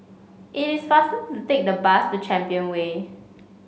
it is faster to take the bus to Champion Way